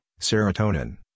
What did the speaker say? serotonin